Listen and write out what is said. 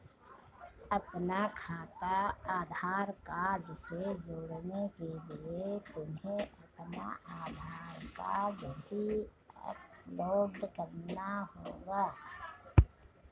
अपना खाता आधार कार्ड से जोड़ने के लिए तुम्हें अपना आधार कार्ड भी अपलोड करना होगा